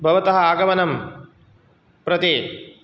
भवतः आगमनं प्रति